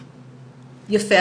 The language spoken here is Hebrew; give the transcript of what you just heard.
יפה,